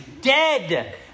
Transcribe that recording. dead